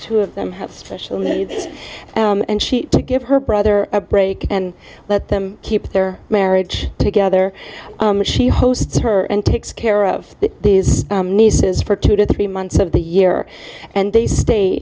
two of them have special needs and she to give her brother a break and let them keep their marriage together she hosts her and takes care of these nieces for two to three months of the year and they stay